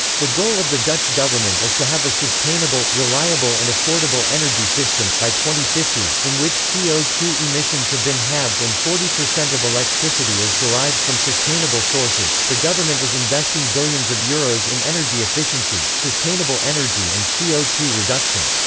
the goal of the dutch government is to have a sustainable, reliable and affordable energy system fifty, in which c o two emissions have been halved and forty percent of electricity is derived from sustainable sources the government is investing billions of euros in energy efficiency, sustainable energy and c o two reduction.